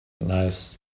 Nice